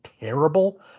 terrible